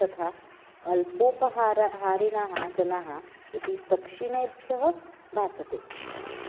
तथा अल्पोपाहारहारिणः जनाः इति दक्षिणेभ्यः भासते